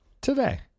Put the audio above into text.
today